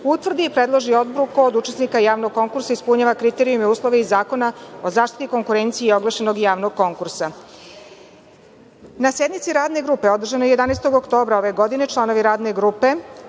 utvrdi i predloži Odboru ko od učesnika javnog konkursa ispunjava kriterijume i uslove iz Zakona o zaštiti konkurencije i oglašenog javnog konkursa. Na sednici Radne grupe održane 11. oktobra ove godine, članovi Radne grupe